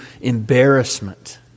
embarrassment